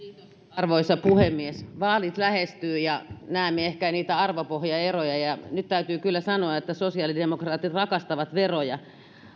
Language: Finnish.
arvoisa puhemies vaalit lähestyvät ja näemme ehkä niitä arvopohjaeroja nyt täytyy kyllä sanoa että sosiaalidemokraatit rakastavat veroja